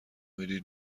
میدی